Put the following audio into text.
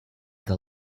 the